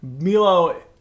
Milo